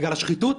בגלל השחיתות?